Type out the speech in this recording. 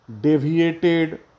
deviated